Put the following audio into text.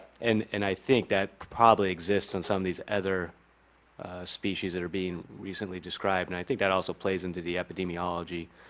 and and i think that probably exists in some of these other species that are being recently described. and i think that also plays into the epidemiology.